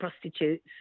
prostitutes